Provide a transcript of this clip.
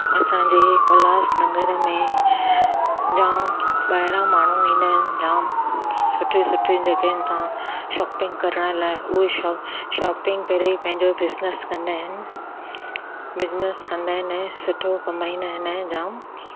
असांजे उल्हासनगर में जाम ॿाहिरियां माण्हू ईंदा आहिनि जाम सुठी सुठी जॻहियुनि तां शॉपिंग करण लाइ उहे शॉपिंग करे पंहिंजो बिज़नेस कंदा आहिनि बिज़नेस कंदा आहिनि ऐं सुठो कमाईंदा आहिनि ऐं जाम